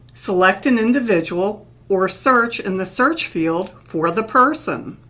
select an individual or search in the search field for the person.